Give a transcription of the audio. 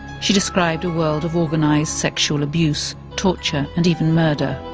she described a world of organized sexual abuse, torture and even murder.